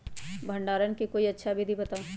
भंडारण के कोई अच्छा विधि बताउ?